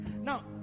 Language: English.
Now